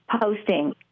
posting